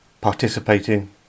Participating